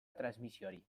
transmisioari